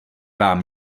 vám